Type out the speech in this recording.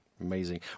Amazing